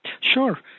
Sure